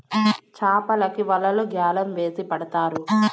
చాపలకి వలలు గ్యాలం వేసి పడతారు